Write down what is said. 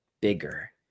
bigger